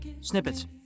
snippets